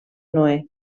noè